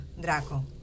Draco